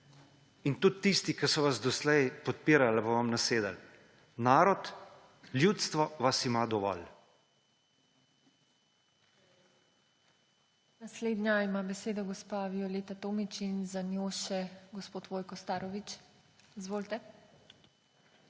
Tudi tisti, ki so vas doslej podpirali, vam ne bodo nasedali. Narod, ljudstvo vas ima dovolj!